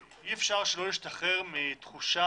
אי אפשר שלא להשתחרר מתחושת